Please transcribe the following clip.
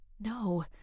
No